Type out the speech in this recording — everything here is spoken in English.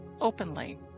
openly